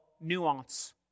nuance